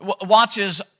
watches